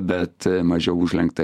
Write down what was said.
bet mažiau užlenktą